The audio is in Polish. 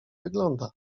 wygląda